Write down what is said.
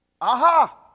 Aha